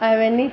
అవన్నీ